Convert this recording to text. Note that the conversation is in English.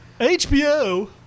HBO